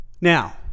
Now